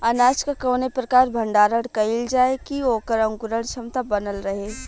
अनाज क कवने प्रकार भण्डारण कइल जाय कि वोकर अंकुरण क्षमता बनल रहे?